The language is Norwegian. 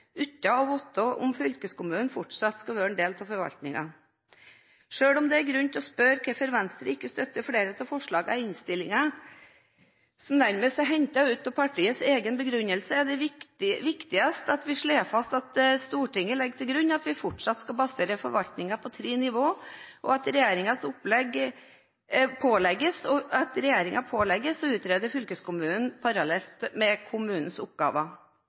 uten å vite om fylkeskommunene fortsatt skal være en del av forvaltningen. Selv om det er grunn til å spørre hvorfor Venstre ikke støtter flere av forslagene i innstillingen, som nærmest er hentet ut av partiets egne begrunnelser, er det viktigste at vi slår fast at Stortinget legger til grunn at vi fortsatt skal basere forvaltningen på tre nivåer, og at regjeringen pålegges å utrede fylkeskommunenes oppgaver parallelt med kommunenes oppgaver.